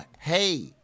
Hey